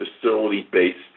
facility-based